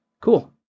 Cool